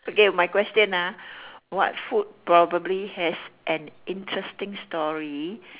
okay my question ah what food probably has an interesting story